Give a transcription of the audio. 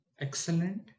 Excellent